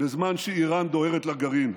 בזמן שאיראן דוהרת לגרעין?